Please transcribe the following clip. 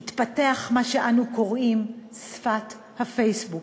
התפתחה מה שאנו קוראים שפת הפייסבוק.